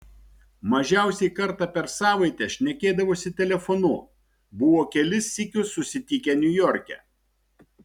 mažiausiai kartą per savaitę šnekėdavosi telefonu buvo kelis sykius susitikę niujorke